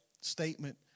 statement